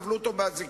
כבלו אותו באזיקים.